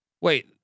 Wait